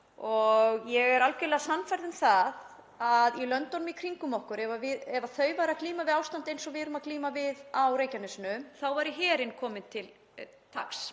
að ég er algerlega sannfærð um það að í löndunum í kringum okkur, ef þau væru að glíma við ástand eins og við erum að glíma við á Reykjanesinu þá væri herinn komi til taks.